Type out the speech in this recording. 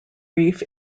reef